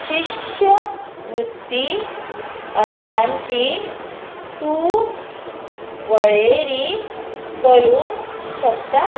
शिश्यवृत्ती अर्जांची तूं वळेरी करूंक शकता